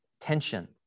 tension